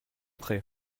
prêt